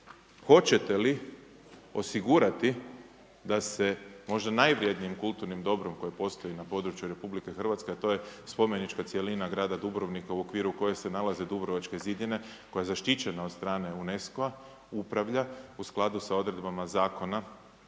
hoćete li osigurati da se možda najvrednijim kulturnim dobrom koje postoji na području RH, a to je spomenička cjelina grada Dubrovnika u okviru koje se nalaze dubrovačke zidine, koja je zaštićena od strane UNESCO-a upravlja u skladu sa odredbama Zakona